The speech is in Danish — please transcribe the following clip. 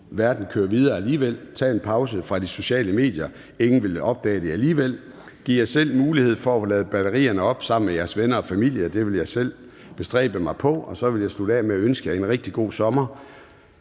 verden kører videre alligevel. Tag en pause fra de sociale medier; ingen vil opdage det alligevel. Giv jer selv mulighed for at lade batterierne op sammen med jeres venner og familie; det vil jeg selv bestræbe mig på. Og så vil jeg slutte af med at ønske jer en rigtig god sommer.